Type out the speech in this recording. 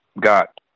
got